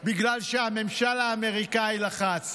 בגלל שהממשל האמריקאי לחץ.